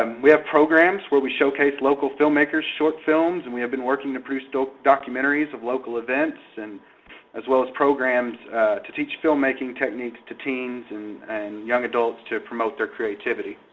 um we have programs where we showcase local filmmaker's short films, and we have been working to produce documentaries of local events, and as well as programs to teach filmmaking techniques to teens and and young adults to promote their creativity.